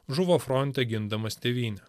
žuvo fronte gindamas tėvynę